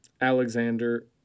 Alexander